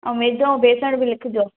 ऐं मैदो ऐं बेसणु बि लिखिजो